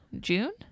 June